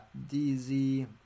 DZ